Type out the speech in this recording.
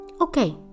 Okay